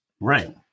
Right